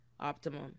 Optimum